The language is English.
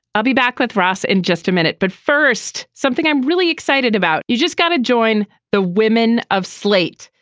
i'll be back with ross in just a minute but first something i'm really excited about. you just got to join the women of slate.